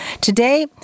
Today